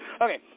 Okay